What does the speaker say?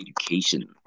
education